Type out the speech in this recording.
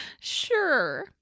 Sure